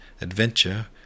adventure